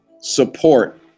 support